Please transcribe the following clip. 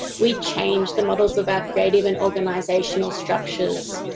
we change the models of our creative and organisational structures.